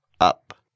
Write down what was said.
up